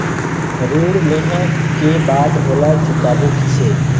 ऋण लेहें के बाद ओला चुकाबो किसे?